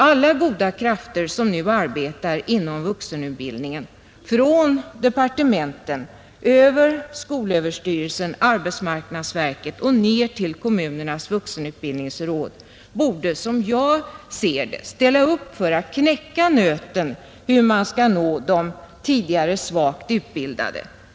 Alla goda krafter som nu arbetar inom vuxenutbildningen, från departementen över skolöverstyrelsen, arbetsmarknadsverket och ner till kommunernas vuxenutbildningsråd, borde som jag ser det ställa upp för att försöka knäcka nöten hur vi skall nå de tidigare svagt utbildade.